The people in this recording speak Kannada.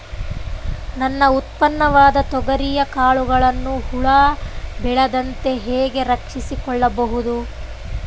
ನನ್ನ ಉತ್ಪನ್ನವಾದ ತೊಗರಿಯ ಕಾಳುಗಳನ್ನು ಹುಳ ಬೇಳದಂತೆ ಹೇಗೆ ರಕ್ಷಿಸಿಕೊಳ್ಳಬಹುದು?